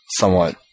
somewhat